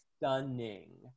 stunning